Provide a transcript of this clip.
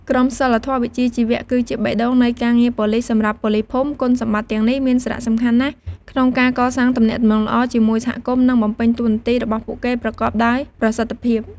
ក្រមសីលធម៌វិជ្ជាជីវៈគឺជាបេះដូងនៃការងារប៉ូលីស សម្រាប់ប៉ូលីសភូមិ គុណសម្បត្តិទាំងនេះមានសារៈសំខាន់ណាស់ក្នុងការកសាងទំនាក់ទំនងល្អជាមួយសហគមន៍ និងបំពេញតួនាទីរបស់ពួកគេប្រកបដោយប្រសិទ្ធភាព។